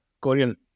Korean